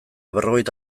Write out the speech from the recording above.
berrogeita